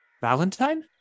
Valentine